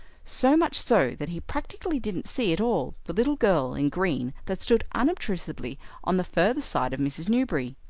so much so that he practically didn't see at all the little girl in green that stood unobtrusively on the further side of mrs. newberry.